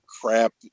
crap